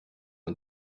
man